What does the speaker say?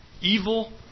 evil